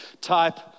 type